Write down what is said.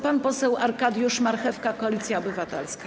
Pan poseł Arkadiusz Marchewka, Koalicja Obywatelska.